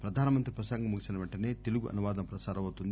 ప్రధాని ప్రసంగం ముగిసిన వెంటనే తెలుగు అనువాదం ప్రసారమవుతుంది